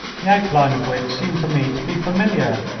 the outline of which seemed to me to be familiar.